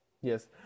Yes